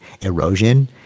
erosion